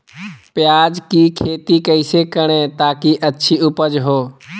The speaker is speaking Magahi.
प्याज की खेती कैसे करें ताकि अच्छी उपज हो?